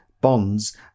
bonds